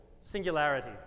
Singularity